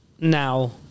Now